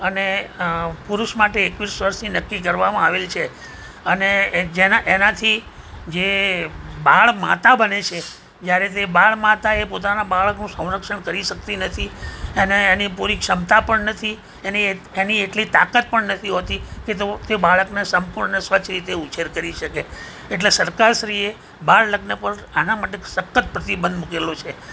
અને પુરુષ માટે એકવીસ વર્ષની નક્કી કરવામાં આવેલ છે અને એ જેના તેનાથી જે બાળમાતા બને છે જ્યારે તે બાળમાતા એ પોતાનાં બાળકનું સંરક્ષણ કરી શકતી નથી તેને તેની પૂરી ક્ષમતા પણ નથી તેની એટલી તાકાત પણ નથી હોતી કે તો તે બાળકને સંપૂર્ણ સ્વચ્છ રીતે ઉછેર કરી શકે એટલે સરકારશ્રીએ બાળલગ્ન પર આના માટે સખ્ત પ્રતિબંધ મૂકેલો છે